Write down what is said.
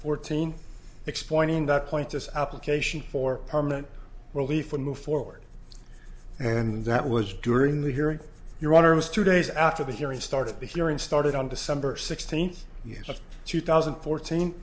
fourteen explaining that point this application for permanent relief and move forward and that was during the hearing your honor was two days after the hearing started the hearing started on december sixteenth of two thousand and fourteen